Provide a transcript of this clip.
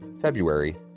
February